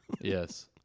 Yes